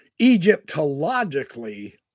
Egyptologically